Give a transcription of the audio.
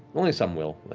only some will, like